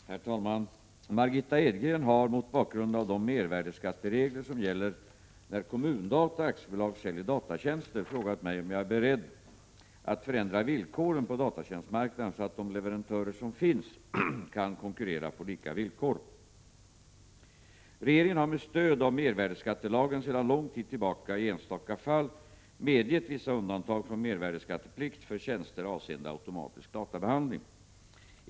Herr talman! Margitta Edgren har, mot bakgrund av de mervärdeskatteregler som gäller när Kommun-Data AB säljer datatjänster, frågat mig om jag är beredd att förändra villkoren på datatjänstemarknaden så att de leverantörer som finns kan konkurrera på lika villkor. Regeringen har med stöd av mervärdeskattelagen sedan lång tid tillbaka i enstaka fall medgett vissa undantag från mervärdeskatteplikt för tjänster avseende automatisk databehandling.